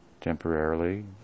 temporarily